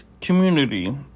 community